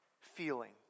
feeling